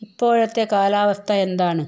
ഇപ്പോഴത്തെ കാലാവസ്ഥ എന്താണ്